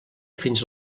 fins